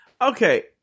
Okay